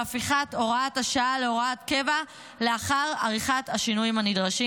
והפיכת הוראת השעה להוראת קבע לאחר עריכת השינויים הנדרשים.